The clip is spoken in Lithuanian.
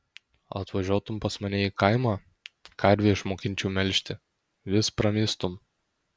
atvažiuotum pas mane į kaimą karvę išmokinčiau melžti vis pramistum